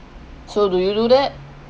so do you do that